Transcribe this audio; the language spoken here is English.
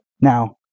Now